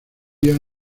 día